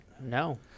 No